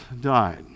died